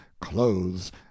clothes